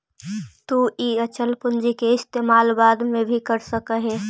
तु इ अचल पूंजी के इस्तेमाल बाद में भी कर सकऽ हे